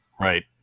right